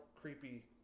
creepy